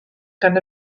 gan